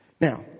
Now